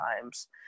times